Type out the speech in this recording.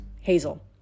Hazel